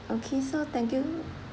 okay so thank you